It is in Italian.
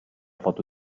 foto